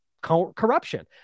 corruption